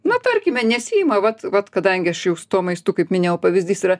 na tarkime nesiima vat vat kadangi aš jau su tuo maistu kaip minėjau pavyzdys yra